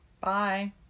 Bye